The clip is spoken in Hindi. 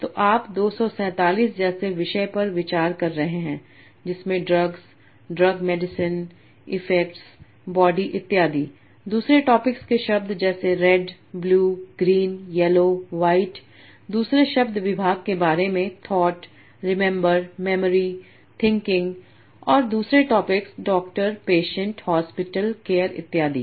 तो आप 247 जैसे विषय पर विचार कर रहे हैं जिसमें drugs drug medicine effects body इत्यादि दूसरे टॉपिक्स के शब्द जैसे रेडब्लूग्रीनयेलोवाइटदूसरे शब्द दिमाग के बारे मेंथॉट रिमेम्बर मेमोरीथिंकिंग और दूसरे topics doctor patient hospital care इत्यादि